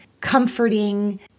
comforting